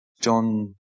John